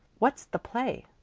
what's the play?